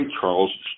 Charles